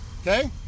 Okay